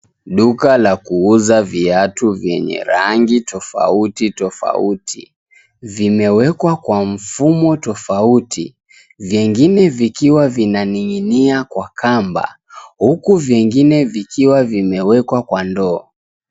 Duka la kuuza viatu vyenye rangi tofauti tofauti, vimewekwa kwa mfumo tofauti. Vingine vikiwa vinaning'inia kwa kamba huku vingine vikiwa vimewekwa kwa ndoo.